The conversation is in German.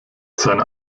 seine